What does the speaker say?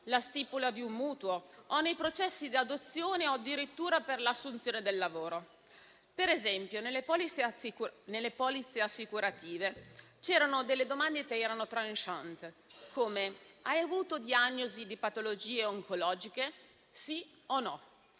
la stipula di un mutuo, nei processi di adozione o addirittura per l'assunzione del lavoro. Ad esempio, nelle polizze assicurative c'erano delle domande *tranchant*, come le seguenti: "Hai avuto diagnosi di patologie oncologiche? Sì o no?",